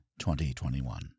2021